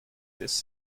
this